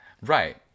Right